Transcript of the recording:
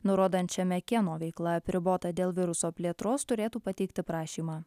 nurodančiame kieno veikla apribota dėl viruso plėtros turėtų pateikti prašymą